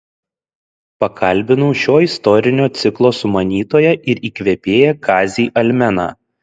pakalbinau šio istorinio ciklo sumanytoją ir įkvėpėją kazį almeną